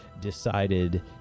decided